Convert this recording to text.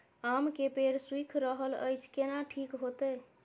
आम के पेड़ सुइख रहल एछ केना ठीक होतय?